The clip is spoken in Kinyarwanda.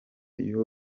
y’u